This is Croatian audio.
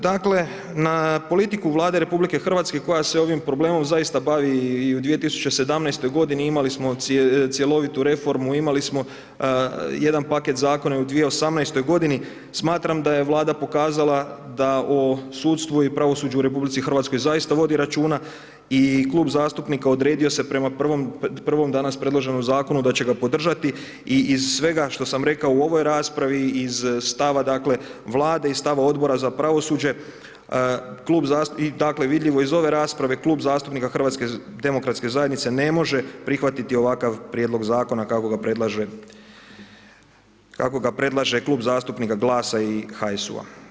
Dakle na politiku Vlade RH koja se ovim problemom zaista bavi u 2017. g. imali smo cjelovitu reformu, imali smo jedan paket zakona u 2018. g. Smatram da je Vlada pokazala da o sudstvu i pravosuđu u RH zaista vodi računa i Klub zastupnika odredio se prema prvom danas predloženom zakonu da će ga podržati i iz svega što sam rekao u ovoj raspravi, iz stava dakle Vlade i stava Odbora za pravosuđe, dakle vidljivo iz ovo rasprave, Klub zastupnika HDZ-a ne može prihvatiti ovakav prijedlog zakona kako ga predlaže Klub zastupnika GLAS-a i HSU-u.